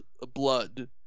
blood